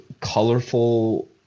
colorful